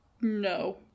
no